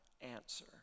answer